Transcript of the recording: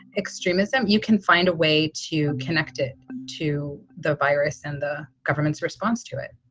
extremism, you can find a way to connect it to the virus and the government's response to it